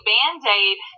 Band-Aid